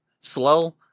Slow